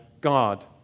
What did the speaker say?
God